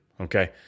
Okay